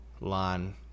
line